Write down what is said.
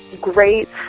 great